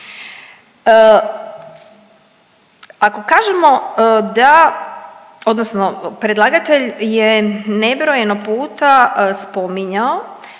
Ako kažemo da odnosno predlagatelj je nebrojeno puta spominjao